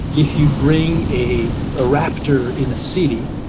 if you bring a a raptor in a city,